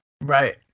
Right